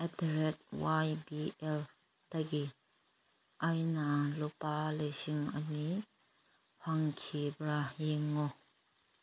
eight the rate ꯋꯥꯏ P ꯑꯦꯜꯗꯒꯤ ꯑꯩꯅ ꯂꯨꯄꯥ ꯂꯤꯁꯤꯡ ꯑꯅꯤ ꯐꯪꯈꯤꯕ꯭ꯔꯥ ꯌꯦꯡꯉꯣ